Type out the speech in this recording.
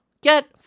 Get